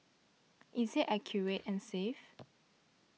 is it accurate and safe